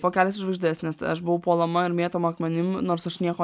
po kelias į žvaigždes nes aš buvau puolama ir mėtoma akmenim nors aš nieko